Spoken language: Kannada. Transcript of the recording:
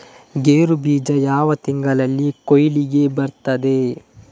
ಗೇರು ಬೀಜ ಯಾವ ತಿಂಗಳಲ್ಲಿ ಕೊಯ್ಲಿಗೆ ಬರ್ತದೆ?